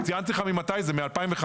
אני באמת מבקש ממך, ציינתי ממתי זה, מ-2015.